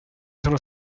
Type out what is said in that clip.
sono